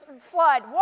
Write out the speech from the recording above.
flood